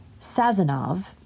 Sazonov